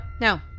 no